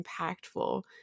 impactful